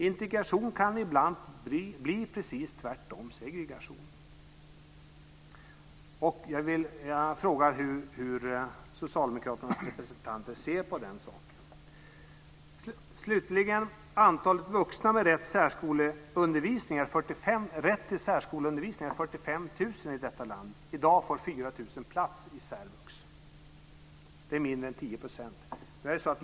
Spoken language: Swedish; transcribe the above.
Integration kan ibland bli precis tvärtom - Antalet vuxna med rätt till särskoleundervisning är 45 000 i detta land. I dag får 4 000 plats i särvux. Det är mindre än 10 %.